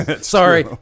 Sorry